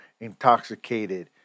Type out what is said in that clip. intoxicated